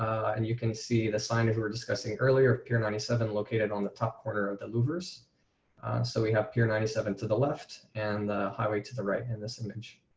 and you can see the sign of we were discussing earlier here ninety seven located on the top corner of the louvers so we have here ninety seven to the left and the highway to the right and this image.